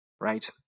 right